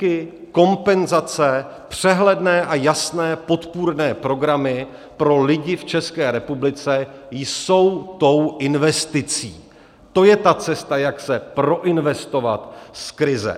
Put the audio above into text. Pobídky, kompenzace, přehledné a jasné podpůrné programy pro lidi v České republice jsou tou investicí, to je ta cesta, jak se proinvestovat z krize.